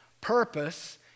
purpose